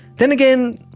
then again,